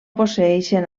posseeixen